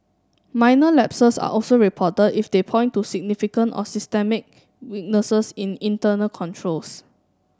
minor lapses are also reported if they point to significant or systemic weaknesses in internal controls